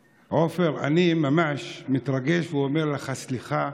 עופר, אני ממש מתרגש ואומר לך סליחה.